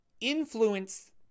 influence